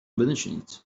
بنشینید